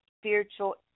spiritual